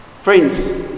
Friends